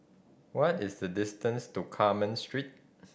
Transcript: what is the distance to Carmen Street